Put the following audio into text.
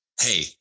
hey